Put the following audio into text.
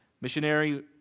missionary